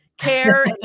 care